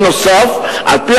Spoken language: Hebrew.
נוסף על כך,